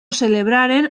celebraren